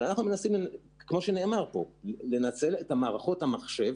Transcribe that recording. אנחנו מנסים לנצל את מערכות המחשב,